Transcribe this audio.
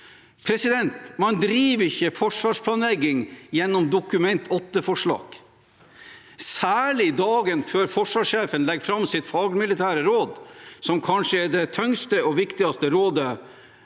budsjett? Man driver ikke forsvarsplanlegging gjennom Dokument 8-forslag, særlig ikke dagen før forsvarssjefen legger fram sitt fagmilitære råd, som kanskje er det tyngste og viktigste rådet